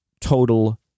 total